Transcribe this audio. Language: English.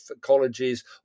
colleges